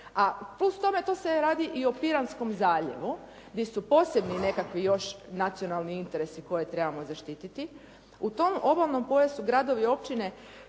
a plus toga tu se radi i o Piranskom zaljevu gdje su posebni nekakvi još nacionalni interesi koje trebamo zaštititi, u tom obalnom pojasu gradovi i općine,